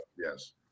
yes